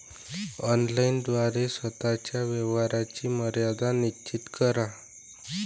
online द्वारे स्वतः च्या व्यवहाराची मर्यादा निश्चित करा